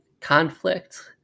conflict